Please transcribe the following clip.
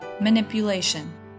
manipulation